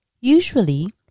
Usually